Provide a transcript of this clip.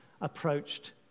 approached